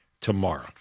tomorrow